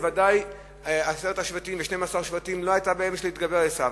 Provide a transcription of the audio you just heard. בוודאי מעשרת השבטים ו-12 השבטים לא היתה בעיה בשבילם להתגבר על עשו,